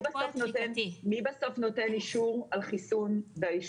המקצועי במשרד הבריאות למי הוא יכול לתת תעודה ולמי לא.